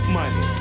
money